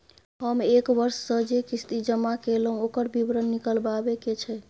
हम एक वर्ष स जे किस्ती जमा कैलौ, ओकर विवरण निकलवाबे के छै?